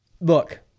Look